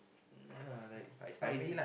uh like I mean